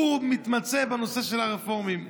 שהוא מתמצא בנושא של הרפורמים.